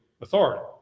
authority